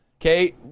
okay